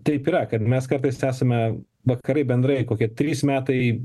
taip yra kad mes kartais esame vakarai bendrai kokie trys metai